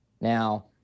Now